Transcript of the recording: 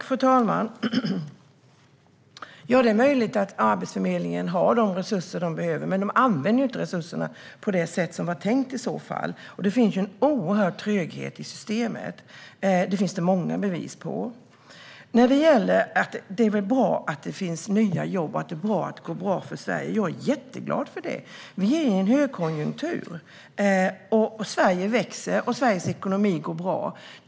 Fru talman! Det är möjligt att Arbetsförmedlingen har de resurser man behöver, men man använder inte resurserna som det var tänkt. Det finns också en stor tröghet i systemet, vilket det finns många bevis på. Det är bra att det finns nya jobb och att det går bra för Sverige. Jag är jätteglad för det. Vi är i en högkonjunktur. Sverige växer, och Sveriges ekonomi går bra.